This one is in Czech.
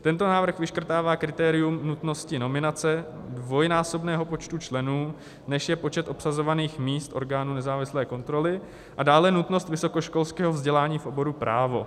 Tento návrh vyškrtává kritérium nutnosti nominace dvojnásobného počtu členů, než je počet obsazovaných míst členů orgánu nezávislé kontroly, a dále nutnost vysokoškolského vzdělání v oboru právo.